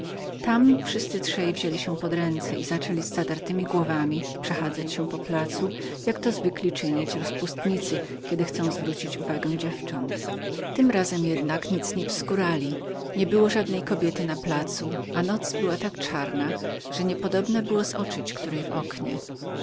tam wszyscy trzej wzięli się pod ręce i zaczęli z zadartemi głowami przechadzać się po placu jak to zwykli czynić rozpustnicy kiedy chcą zwrócić uwagę dziewcząt tym razem jednak nic nie wskórali nie było żadnej kobiety na placu a noc była tak czarna że niepodobna było zoczyć którą w oknie